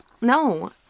No